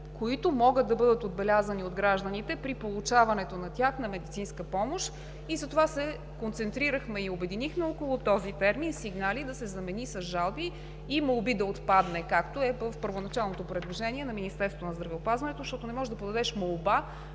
които могат да бъдат отбелязани от гражданите при получаването на медицинска помощ. Затова се концентрирахме и обединихме около този термин – „сигнали“ да се замени с „жалби“ и „молби“ да отпадне, както е в първоначалното предложение на Министерството на здравеопазването, защото не можеш да подадеш молба